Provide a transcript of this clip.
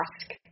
ask